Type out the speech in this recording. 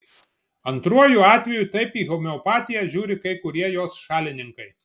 antruoju atveju taip į homeopatiją žiūri kai kurie jos šalininkai